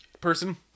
person